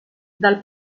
dal